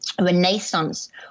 renaissance